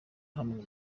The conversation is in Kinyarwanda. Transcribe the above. hamwe